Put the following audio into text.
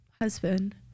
husband